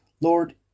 Lord